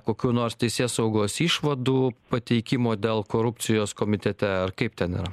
kokių nors teisėsaugos išvadų pateikimo dėl korupcijos komitete ar kaip ten yra